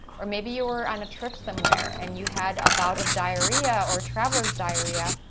or maybe you were on a trip somewhere, and you had a bout of diarrhea, or travelers diarrhea,